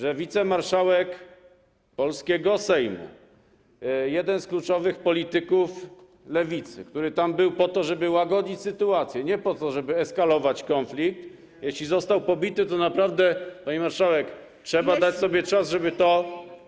Jeśli wicemarszałek polskiego Sejmu, jeden z kluczowych polityków lewicy, który tam był po to, żeby łagodzić sytuację, a nie po to, żeby eskalować konflikt, został pobity, to naprawdę, pani marszałek, trzeba dać sobie czas, żeby to uspokoić.